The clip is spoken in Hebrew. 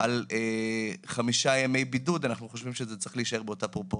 על חמישה ימי בידוד, זה צריך להיות בהתאם.